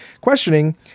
questioning